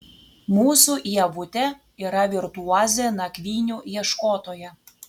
mūsų ievutė yra virtuozė nakvynių ieškotoja